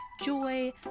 joy